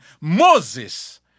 Moses